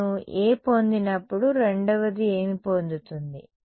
నేను A పొందినప్పుడు రెండవది ఏమి పొందుతుంది